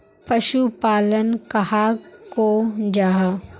पशुपालन कहाक को जाहा?